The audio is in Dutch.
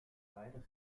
vrijdag